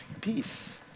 Peace